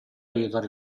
aiutare